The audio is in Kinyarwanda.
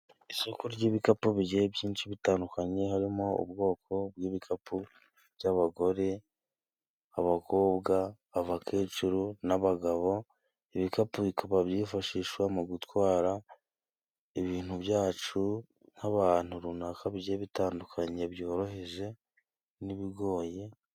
Isoko ry'ibikapu bigiye byinshi bitandukanye harimo ubwoko bw'ibikapu by'abagore, abakobwa, abakecuru n'abagabo, ibikapu bikaba byifashishwa mu gutwara ibintu byacu nk'abantu runaka bigiye bitandukanye byoroheje n'ibigoye.